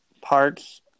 parts